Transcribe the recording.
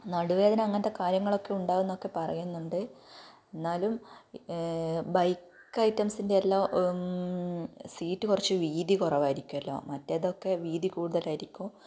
നടുവ് വേദന അങ്ങൻത്തെ കാര്യങ്ങളൊക്കെ ഉണ്ടാകുമെന്നൊക്കെ പറയുന്നുണ്ട് എന്നാലും ബൈക്ക് ഐറ്റെംസിൻ്റെ എല്ലാം സീറ്റ് കുറച്ച് വീതി കുറവായിരിക്കുമല്ലോ മറ്റേതൊക്കെ വീതി കൂടുതലായിരിക്കും